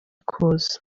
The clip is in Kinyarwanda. kuza